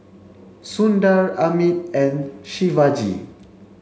Sundar Amit and Shivaji